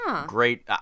great